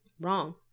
wrong